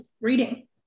reading